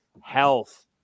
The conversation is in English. health